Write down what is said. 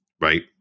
right